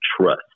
trust